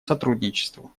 сотрудничеству